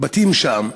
בתים שם,